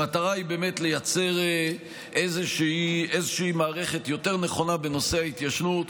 המטרה היא באמת לייצר איזושהי מערכת יותר נכונה בנושא ההתיישנות,